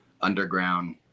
underground